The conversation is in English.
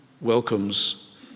welcomes